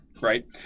right